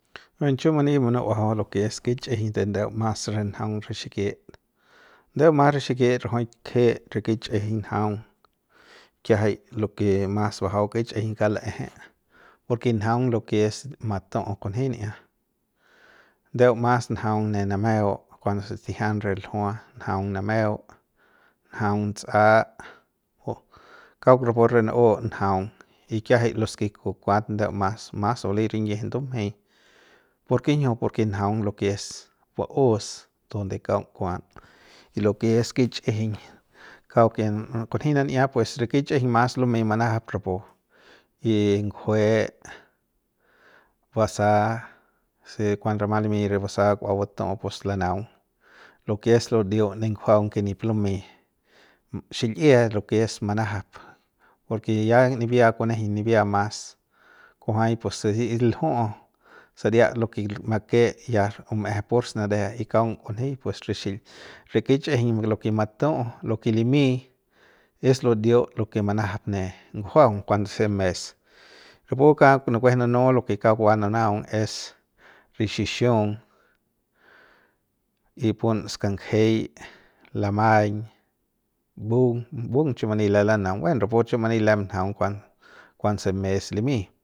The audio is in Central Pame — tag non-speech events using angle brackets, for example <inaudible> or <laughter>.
Buen chiu mani munu'uajau <noise> lo ke es kichꞌijiñ de ndeu mas re njaung re xikit ndeu mas re xikit rajuik kje re kichꞌijiñ njaung kiajai lo ke mas bajau kichꞌijiñ ka laeje porke njaung lo ke es matu'u kunjia ndeu mas njaung ne nameu kuanse tijian re ljua njaung nameu njaung nts'a o kauk rapu re nu'u njaung y kiajai los ke kukuat ndeu mas mas bali rinyiji ndumjei ¿por kinjiu? Porke njaung lo ke es baus donde kaung kuam y lo ke es <noise> kichꞌijiñ kauk ya kunji nan'ia pues re kichꞌijiñ mas lumey manajap rapu <noise> y ngujue basa se kuanse rama limi re basa kua batu'u pus lanaung lo ke es ludiut ne ngujuang ke nip lumey xil'ie lo ke es manajap porke ya nibia kunejeiñ nibia mas kujuay pues lju'u saria lo make ya bum'ejep pur snare y kaunk kunji pues re xil re kichꞌijiñ lo ke matu'u lo ke limy es ludiut lo ke manajap ne ngujuang kuanse mes rapu kauk nukueje nunu lo ke kauk va nunaung es re xixiung y pun skangei lamaiñ mbu'ung mbu'ung chiu mani lem lanaung buen rapu chiu mani lem njaung kuan kuanse mes limi.